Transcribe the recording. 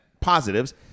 positives